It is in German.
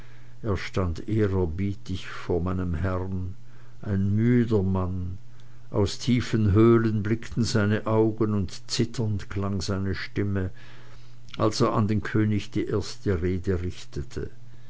er stand ehrerbietig vor meinem herrn ein müder mann aus tiefen höhlen blickten seine augen und zitternd klang seine stimme als er an den könig die erste rede richtete